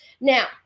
Now